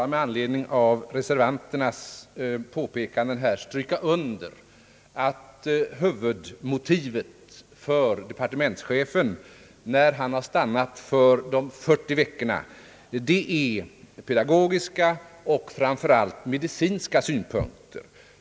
Med anledning av reservanternas påpekanden vill jag här stryka under att huvudmotivet för departementschefen när han har stannat för de 40 veckorna är pedagogiska och framför allt medicinska synpunkter.